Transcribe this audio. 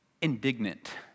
indignant